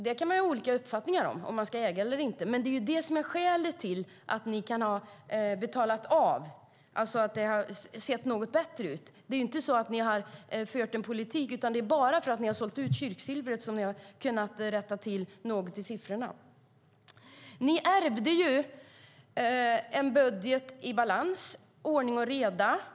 Det kan vi ha olika uppfattningar om, om vi ska äga eller inte, men det är skälet till att allianspartierna kunnat betala av och till att det hela sett något bättre ut. Det är ju inte så att ni inom Alliansen fört en politik för det, utan det är för att ni sålt kyrksilvret som ni kunnat rätta till siffrorna något. Ni i Alliansen ärvde en budget i balans. Det var ordning och reda.